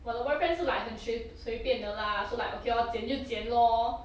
我的 boyfriend 是 like 很随随便的 lah so like okay lor 剪就剪 lor